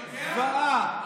מה קורה בלוד?